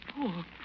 poor